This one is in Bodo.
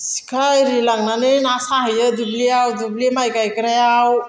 सिखा एरि लांनानै ना साहैयो दुब्लियाव दुब्लि माइ गायग्रायाव